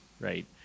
Right